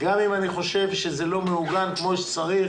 גם אם אני חושב שזה לא מעוגן כמו שצריך,